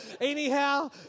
Anyhow